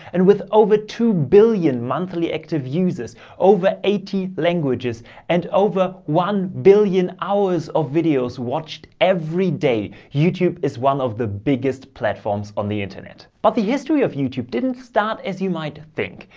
and with over two billion monthly active users, over eighty languages and over one billion hours of videos watched every day. youtube is one of the biggest platforms on the internet. but the history of youtube didn't start, as you might think.